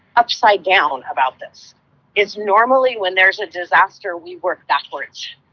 upside-down about this is normally when there's a disaster, we work backwards.